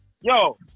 yo